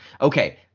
Okay